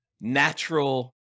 natural